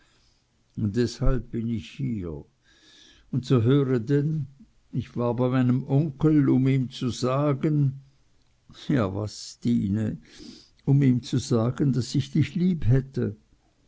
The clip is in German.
deshalb bin ich hier und so höre denn ich war bei meinem onkel um ihm zu sagen ja was stine um ihm zu sagen daß ich dich